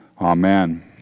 Amen